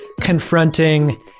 confronting